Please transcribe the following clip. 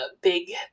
big